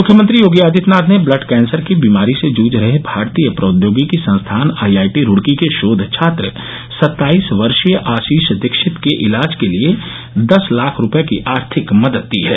मुख्यमंत्री योगी आदित्यनाथ ने blood cancer की बीमारी से जुझ रहे भारतीय प्रौद्योगिकी संस्थान आईआईटी रूड़की के शोध छात्र सत्ताईस वर्षीय आशीष दीक्षित के इलाज के लिये दस लाख रूपये की आर्थिक मदद दी है